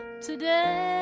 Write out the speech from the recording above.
Today